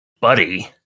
Buddy